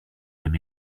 them